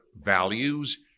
values